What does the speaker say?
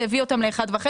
זה הביא אותם ל-1.5,